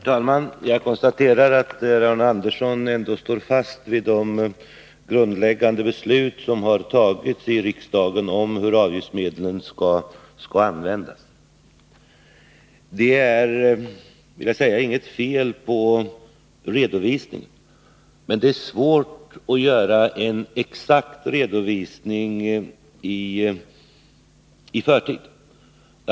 Herr talman! Jag konstaterar att Arne Andersson i Ljung ändå står fast vid det grundläggande beslut som har fattats av riksdagen om hur avgiftsmedlen skall användas. Det är inget fel på redovisningen, men det är svårt att göra en exakt redovisning i förtid.